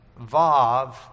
vav